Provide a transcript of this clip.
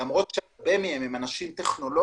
למרות שהרבה מהם אנשים טכנולוגיים,